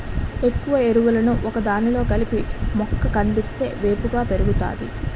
ఎక్కువ ఎరువులను ఒకదానిలో కలిపి మొక్క కందిస్తే వేపుగా పెరుగుతాది